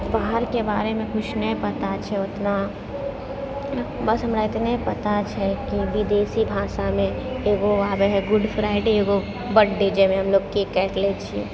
बाहरके बारेमे किछु नहि पता छै ओतना बस हमरा एतने पता छै कि विदेशी भाषामे एगो आबै हइ गुड फ्राइडे एगो बर्थडे जइमे केक काटि लै छिए